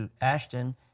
Ashton